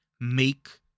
make